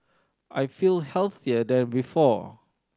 I feel healthier than before